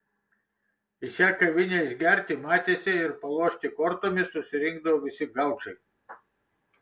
į šią kavinę išgerti matėsi ir palošti kortomis susirinkdavo visi gaučai